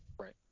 right